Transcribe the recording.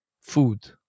food